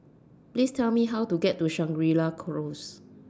Please Tell Me How to get to Shangri La Close